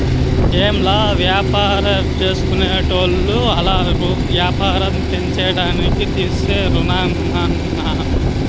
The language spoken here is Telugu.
ఏంలా, వ్యాపారాల్జేసుకునేటోళ్లు ఆల్ల యాపారం పెంచేదానికి తీసే రుణమన్నా